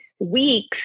weeks